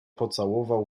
pocałował